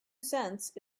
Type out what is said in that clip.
cents